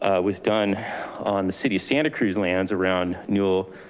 ah was done on the city of santa cruz lands around newell,